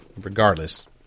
regardless